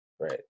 Right